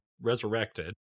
resurrected